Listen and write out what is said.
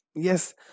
Yes